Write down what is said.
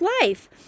life